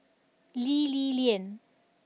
Lee Li Lian